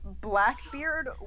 Blackbeard